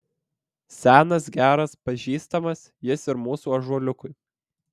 senas geras pažįstamas jis ir mūsų ąžuoliukui